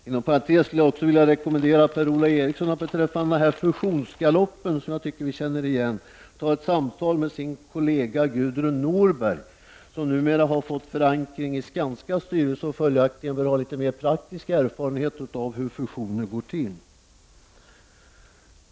Inom parentes vill jag, beträffande fusionsgaloppen som jag tycker mig känna igen, rekommendera Per-Ola Eriksson att ta ett samtal med sin kollega Gudrun Norberg. Hon har numera fått förankring i Skanskas styrelse och bör följaktligen ha praktisk erfarenhet av hur fusioner går till.